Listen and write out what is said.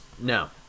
No